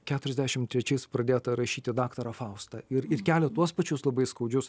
keturiasdešim trečiais pradėtą rašyti daktarą faustą ir ir kelia tuos pačius labai skaudžius